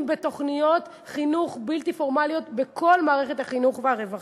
בתוכניות חינוך בלתי פורמליות בכל מערכת החינוך והרווחה.